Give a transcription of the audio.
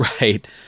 right